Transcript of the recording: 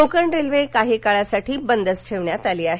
Konkan railway काही काळासाठी बंदच ठेवण्यात आली आहे